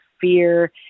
fear